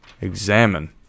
examine